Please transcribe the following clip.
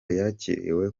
yakiriwe